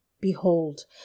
Behold